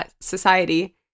society